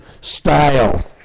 style